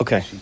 Okay